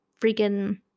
freaking